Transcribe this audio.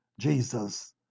Jesus